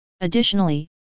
Additionally